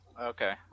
Okay